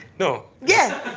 no. yeah!